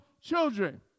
children